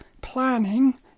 planning